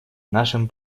нашим